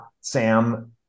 Sam